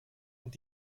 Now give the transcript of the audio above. und